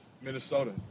Minnesota